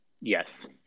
Yes